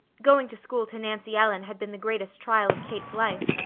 going to school to nancy ellen had been the greatest trial of kate's life,